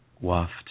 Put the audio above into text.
waft